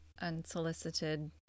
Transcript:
Unsolicited